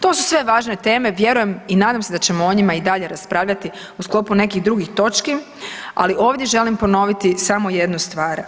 To su sve važne teme, vjerujem i nadam se da ćemo o njima i dalje raspravljati u sklopu nekih drugih točki, ali ovdje želim ponoviti samo jednu stvar.